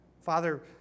Father